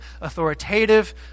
authoritative